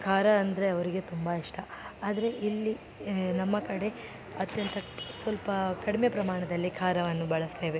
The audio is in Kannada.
ಖಾರ ಅಂದರೆ ಅವರಿಗೆ ತುಂಬ ಇಷ್ಟ ಆದರೆ ಇಲ್ಲಿ ನಮ್ಮ ಕಡೆ ಅತ್ಯಂತ ಸ್ವಲ್ಪ ಕಡಿಮೆ ಪ್ರಮಾಣದಲ್ಲಿ ಖಾರವನ್ನು ಬಳಸ್ತೇವೆ